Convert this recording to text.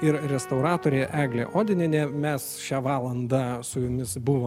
ir restauratorė eglė odinienė mes šią valandą su jumis buvo